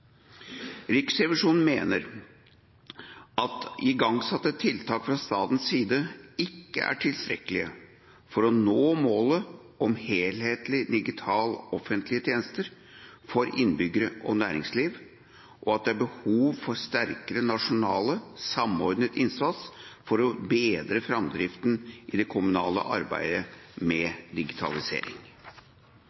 Riksrevisjonen mener at igangsatte tiltak fra statens side ikke er tilstrekkelig for å nå målet om helhetlige digitale offentlige tjenester for innbyggere og næringsliv, og at det er behov for en sterkere nasjonal samordnet innsats for å bedre framdriften i det kommunale arbeidet med